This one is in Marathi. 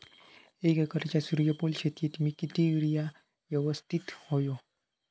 एक एकरच्या सूर्यफुल शेतीत मी किती युरिया यवस्तित व्हयो?